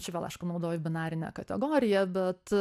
čia vėl aišku naudoju binarinę kategoriją bet